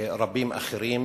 רבים אחרים.